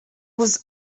was